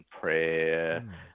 prayer